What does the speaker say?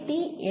T N